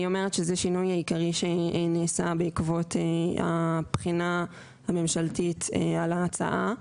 אני אומרת שזה השינוי העיקרי שנעשה בעקבות הבחינה הממשלתית על ההצעה.